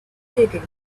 digging